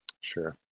Sure